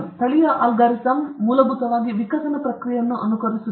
ತಳೀಯ algorithm ಮೂಲಭೂತವಾಗಿ ವಿಕಸನ ಪ್ರಕ್ರಿಯೆಯನ್ನು ಅನುಕರಿಸುತ್ತದೆ